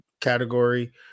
category